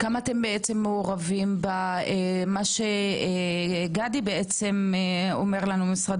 כמה אתם מעורבים במה שגדעון אומר לנו ממשרד